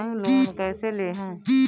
Home loan कैसे लेहम?